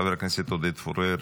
חבר הכנסת עודד פורר,